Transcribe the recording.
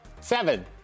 Seven